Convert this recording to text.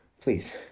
Please